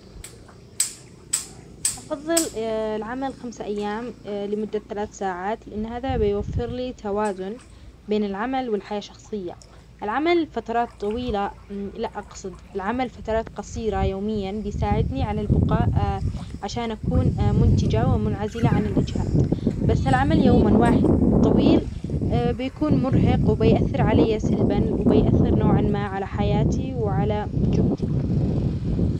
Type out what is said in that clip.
أفضل العمل خمسة أيام لمدة ثلاث ساعات، لأن هذا بيوفر لي توازن بين العمل والحياة الشخصية، العمل فترات طويلة، لا أقصد العمل فترات قصيرة يوميا بيساعدني على البقاء، عشان أكون منتجة ومنعزلة عن الإجهاد، بس العمل يوما واحد طويل بيكون مرهق وبيأثر علي سلبا وبيأثر نوعا ما على حياتي وعلى جهدي.